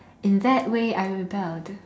in that way I rebelled